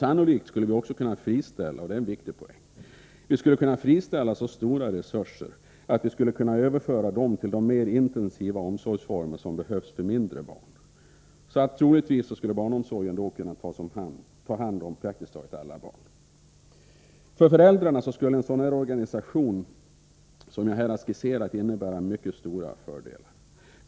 Sannolikt skulle vi därigenom också kunna friställa — och det är en viktig poäng — stora resurser och överföra dem till de mer intensiva omsorgsformer som behövs för mindre barn. Troligtvis skulle barnomsorgen då kunna ta hand om praktiskt taget alla barn. För föräldrarna skulle en sådan organisation som jag här har skisserat innebära mycket stora fördelar.